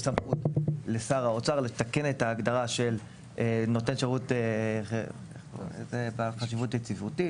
יש סמכות לשר האוצר לתקן את ההגדרה של נותן שירות בעל חשיבות יציבותית,